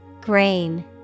Grain